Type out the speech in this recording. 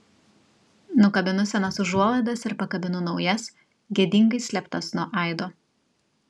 nukabinu senas užuolaidas ir pakabinu naujas gėdingai slėptas nuo aido